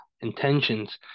intentions